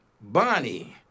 Bonnie